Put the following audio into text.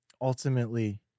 Ultimately